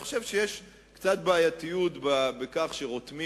אני חושב שיש קצת בעייתיות בכך שרותמים